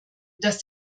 dass